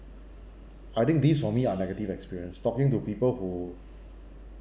I think these for me are negative experience talking to people who